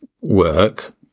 work